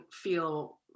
feel